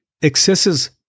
excesses